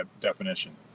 definition